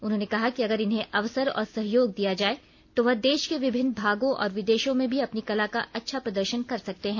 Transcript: उन्होंने कहा कि अगर इन्हें अवसर और सहयोग दिया जाए तो वह देश के विभिन्न भागों और विदेशों में भी अपनी कला का अच्छा प्रदर्शन कर सकते हैं